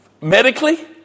Medically